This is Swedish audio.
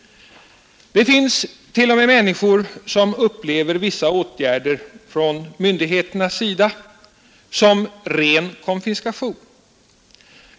Det finns t.o.m. människor som upplever vissa åtgärder från myndigheternas sida som ren konfiskation.